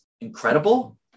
incredible